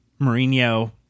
Mourinho